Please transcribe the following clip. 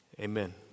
Amen